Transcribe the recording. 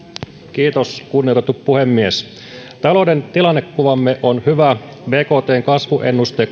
kiitos kunnioitettu puhemies talouden tilannekuvamme on hyvä bktn kasvuennuste